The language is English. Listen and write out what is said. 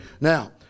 Now